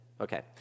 Okay